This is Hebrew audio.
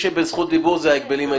נציג ההגבלים העסקיים,